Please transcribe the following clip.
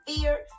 fear